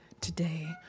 today